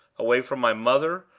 away from my mother,